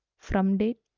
from date,